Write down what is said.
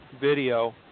video